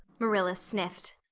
marilla sniffed.